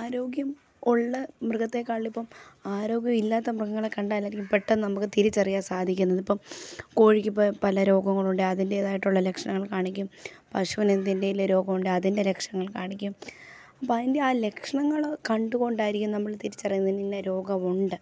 ആരോഗ്യം ഉള്ള മൃഗത്തെക്കാട്ടിലിപ്പം ആരോഗ്യം ഇല്ലാത്ത മൃഗങ്ങളെ കണ്ടാലായിരിക്കും പെട്ടെന്ന് നമുക്ക് തിരിച്ചറിയാൻ സാധിക്കുന്നത് ഇപ്പം കോഴിക്കിപ്പം പല രോഗങ്ങളുണ്ടേൽ അതിൻ്റെതായിട്ടുള്ള ലക്ഷണങ്ങൾ കാണിക്കും പശുവിനെന്തിൻറ്റേലും രോഗം ഉണ്ടേൽ അതിൻ്റെ ലക്ഷണങ്ങൾ കാണിക്കും അപ്പം അതിൻ്റെ ആ ലക്ഷണങ്ങള് കണ്ടുകൊണ്ടായിരിക്കും നമ്മൾ തിരിച്ചറിയുന്നത് ഇതിന് ഇന്ന രോഗവുണ്ട്